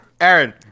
Aaron